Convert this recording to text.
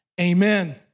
amen